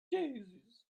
daisies